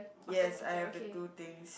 yes I have the two things